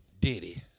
Diddy